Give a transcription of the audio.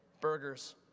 burgers